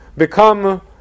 become